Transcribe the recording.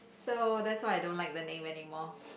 so that's why I don't like the name anymore